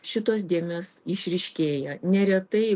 šitos dėmės išryškėja neretai